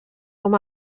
com